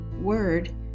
word